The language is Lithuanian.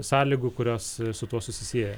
sąlygų kurios su tuo susisieja